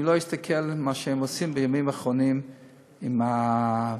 לא אסתכל על מה שהם עושים בימים אחרונים עם התמונות.